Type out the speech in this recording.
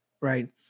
right